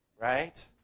Right